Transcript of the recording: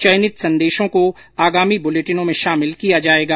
चयनित संदेशों को आगामी बुलेटिनों में शामिल किया जाएगा